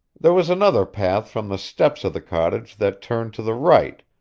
there was another path from the steps of the cottage that turned to the right,